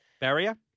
Barrier